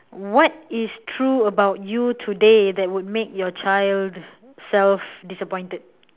what is true about you today that would make your child self disappointed